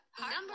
number